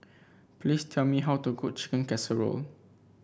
please tell me how to cook Chicken Casserole